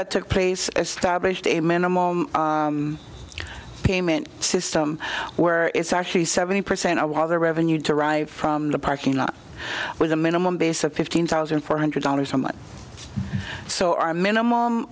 that took place established a minimum payment system where it's actually seventy percent i would have the revenue derived from the parking lot with a minimum base of fifteen thousand four hundred dollars a month so our minim